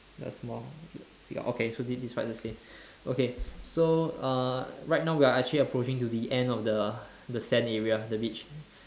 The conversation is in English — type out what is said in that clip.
the small seagull okay so this this part is the same okay so uh right now we are actually approaching to the end of the the sand area the beach